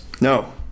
No